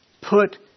put